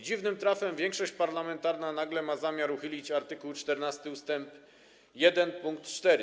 Dziwnym trafem większość parlamentarna nagle ma zamiar uchylić art. 14 ust. 1 pkt 4.